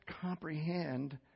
comprehend